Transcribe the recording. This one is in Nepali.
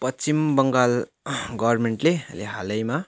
पश्चिम बङ्गाल गभर्मेन्टले अहिले हालैमा